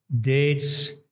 dates